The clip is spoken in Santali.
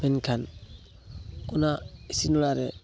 ᱢᱮᱱᱠᱷᱟᱱ ᱚᱱᱟ ᱤᱥᱤᱱ ᱚᱲᱟᱜ ᱨᱮ